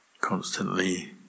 Constantly